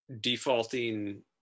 defaulting